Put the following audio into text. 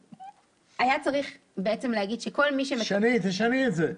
היה צריך להגיד שכל מי ש --- תשני את זה.